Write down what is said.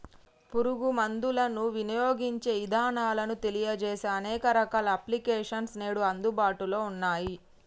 పురుగు మందులను వినియోగించే ఇదానాలను తెలియజేసే అనేక రకాల అప్లికేషన్స్ నేడు అందుబాటులో ఉన్నయ్యి